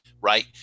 right